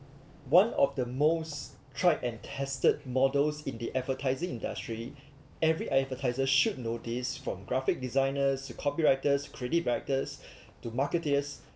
one of the most tried and tested models in the advertising industry every advertisers should notice from graphic designers to copywriters credit writers to marketers